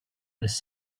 this